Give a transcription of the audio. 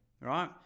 right